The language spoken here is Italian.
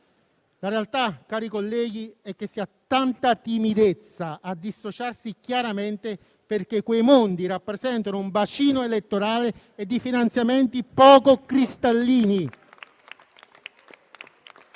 La realtà, cari colleghi, è che si ha tanta timidezza a dissociarsi chiaramente perché quei mondi rappresentano un bacino elettorale e di finanziamenti poco cristallini.